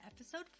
episode